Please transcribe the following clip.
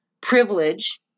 privilege